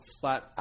flat